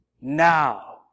now